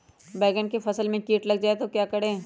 बैंगन की फसल में कीट लग जाए तो क्या करें?